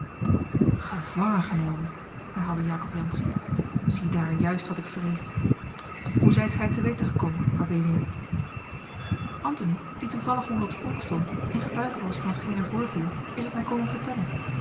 gevangengenomen herhaalde jacob jansz ziedaar juist wat ik vreesde hoe zijt gij het te weten gekomen mabelia antony die toevallig onder t volk stond en getuige was van t geen er voorviel is het mij komen vertellen